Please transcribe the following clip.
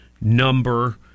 number